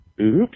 oops